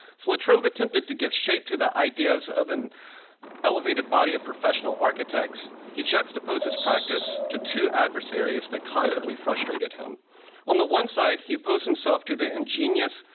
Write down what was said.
so latrobe attempted to give shape to the ideas of an elevated body of professional architects, he juxtaposes practice to two adversaries that constantly frustrated. on the one side, he opposed himself to the ingenious,